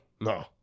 No